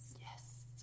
Yes